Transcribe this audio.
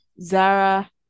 Zara